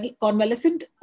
convalescent